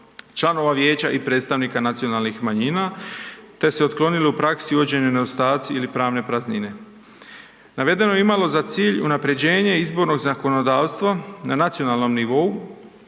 članova Vijeća i predstavnika nacionalnih manjina te se otklonili u praksi .../Govornik se ne razumije./... nedostaci ili pravne praznine. Navedeno je imalo za cilj unaprjeđenje izbornog zakonodavstva na nacionalnom nivou